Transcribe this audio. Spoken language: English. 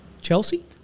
Chelsea